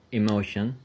emotion